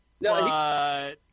no